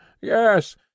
Yes